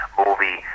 movie